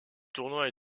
tournoi